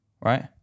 right